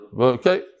okay